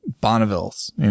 Bonneville's